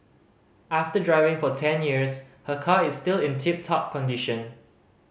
after driving for ten years her car is still in tip top condition